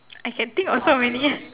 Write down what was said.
I can think of so many